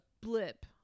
blip